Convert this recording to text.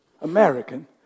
American